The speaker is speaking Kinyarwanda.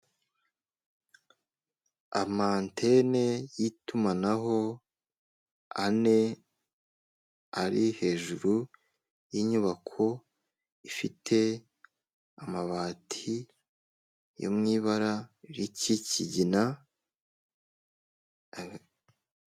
Ama antene y'itumanaho ane ari hejuru y'inyubako ifite amabati yo mu ibara ry'ikigina.